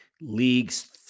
league's